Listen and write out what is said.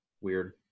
weird